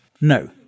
no